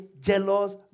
jealous